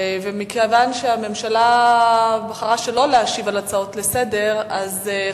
ומכיוון שהממשלה בחרה שלא להשיב על הצעות לסדר-היום,